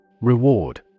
Reward